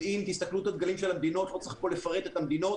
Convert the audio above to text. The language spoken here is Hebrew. תסתכלו על הדגלים של המדינות לא צריך לפרט את המדינות